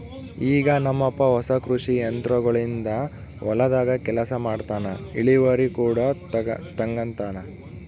ಈಗ ನಮ್ಮಪ್ಪ ಹೊಸ ಕೃಷಿ ಯಂತ್ರೋಗಳಿಂದ ಹೊಲದಾಗ ಕೆಲಸ ಮಾಡ್ತನಾ, ಇಳಿವರಿ ಕೂಡ ತಂಗತಾನ